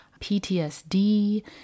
PTSD